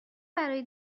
برای